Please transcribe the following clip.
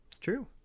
True